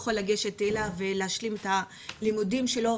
יכול לגשת אליה ולהשלים את הלימודים שלו.